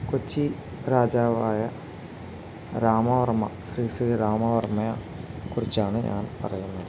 കൊച്ചി രാജാവായ രാമവർമ്മ ശ്രീ ശ്രീ രാമവർമ്മയെ കുറിച്ചാണ് ഞാൻ പറയുന്നത്